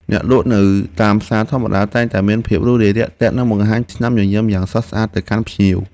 អ្នកលក់នៅតាមផ្សារធម្មតាតែងតែមានភាពរួសរាយរាក់ទាក់និងបង្ហាញស្នាមញញឹមយ៉ាងស្រស់ស្រាយទៅកាន់ភ្ញៀវ។